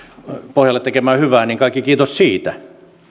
pohjalle tekemää hyvää niin kaikki kiitos siitä